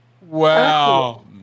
Wow